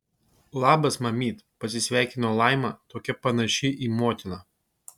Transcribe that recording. labas mamyt pasisveikino laima tokia panaši į motiną